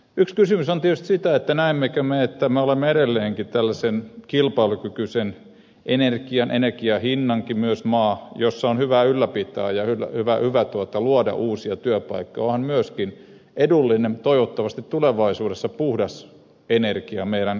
yksi kysymys on tietysti se näemmekö me että me olemme edelleenkin tällaisen kilpailukykyisen energian myös energian hinnan maa jossa on hyvä ylläpitää ja hyvä luoda uusia työpaikkoja onhan myöskin edullinen mutta toivottavasti tulevaisuudessa puhdas energia meidän kilpailuvalttimme